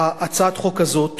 הצעת החוק הזאת